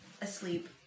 asleep